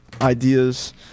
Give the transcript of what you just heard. ideas